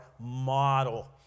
model